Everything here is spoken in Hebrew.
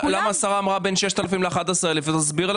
למה השרה אמרה שהקצבה היא בין 6,000 ל-11,000 שקל?